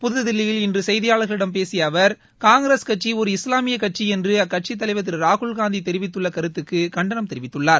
புதுதில்லியில் இன்று செய்தியாளர்களிடம் பேசிய அவர் காங்கிரஸ் கட்சி ஒரு இஸ்லாமிய கட்சி என்று அக்கட்சி தலைவர் திரு ராகுல் காந்தி தெரிவித்துள்ள கருத்துக்கு அவர் கண்டனம் தெரிவித்துள்ளார்